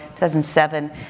2007